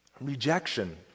Rejection